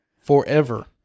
Forever